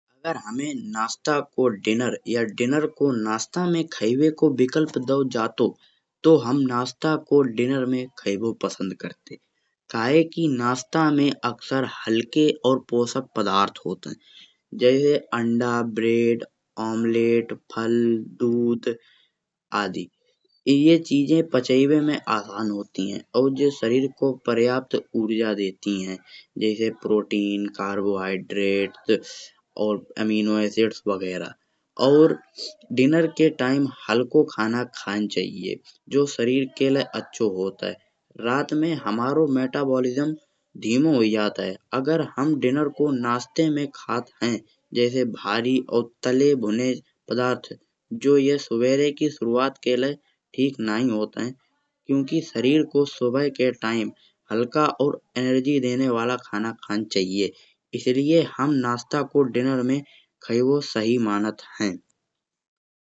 अगर हमें नाश्ता को डिनर या डिनर को नाश्ता में खायेबो को विकल्प दियो जातो, तो हम नाश्ता को डिनर में खायेबो पसंद करते। कायकि नाश्ता में अक्सर हल्के और पोषक पदार्थ होत हैं जैसे अंडा, ब्रेड, ऑमलेट, दूध आदि। ये चिजे पचायबे में आसान होती हैं और जे शरीर को पर्याप्त ऊर्जा देती हैं। जैसे प्रोटीन, कार्बोहाइड्रेट्स, अमीनो एसिड वगैरह और डिनर के टाइम हल्को खाना खान चाहिए जो शरीर के लाये अच्छा होत हैं। रात में हुमारो मेटाबॉलिज्म धीमो होये जात हैं। अगर हम डिनर को नाश्ते में खात हैं जैसे भारी और तले भुने पदार्थ जे सुभरे की शुरुवात के लाये ठीक नाही होत हैं। क्युंकि शरीर को सुबह के टाइम हल्का और एनर्जी देने वाला खाना खान चाहिए। इसलिये हम नाश्ता को डिनर में खायेबो सही मानत हैं।